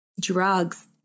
drugs